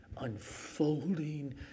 Unfolding